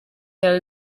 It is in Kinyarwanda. yawe